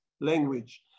language